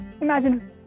imagine